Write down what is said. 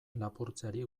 lapurtzeari